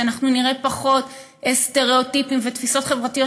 שנראה פחות סטריאוטיפים ותפיסות חברתיות